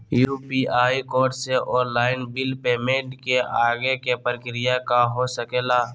UPI code से online bill payment के आगे के प्रक्रिया का हो सके ला?